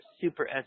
super